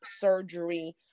surgery